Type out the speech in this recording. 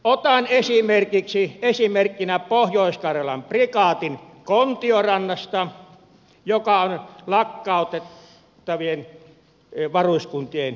otan esimerkiksi pohjois karjalan prikaatin kontiorannassa joka on lakkautettavien varuskuntien joukossa